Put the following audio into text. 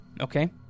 Okay